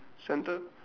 center